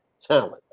talent